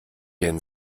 denn